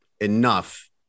enough